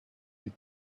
die